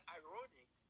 ironic